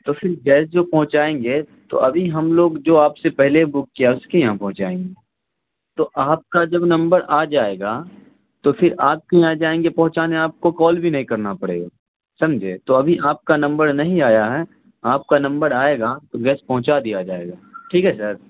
تو پھر گیس جو پہنچائیں گے تو ابھی ہم لوگ جو آپ سے پہلے بک کیا اس کے یہاں پہنچائیں گے تو آپ کا جب نمبر آ جائے گا تو پھر آپ کے یہاں جائیں گے پہنچانے آپ کو کال بھی نہیں کرنا پڑے گا سمجھے تو ابھی آپ کا نمبر نہیں آیا ہے آپ کا نمبر آئے گا تو گیس پہنچا دیا جائے گا ٹھیک ہے سر